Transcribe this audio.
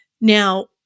Now